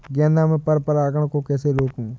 गेंदा में पर परागन को कैसे रोकुं?